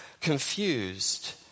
confused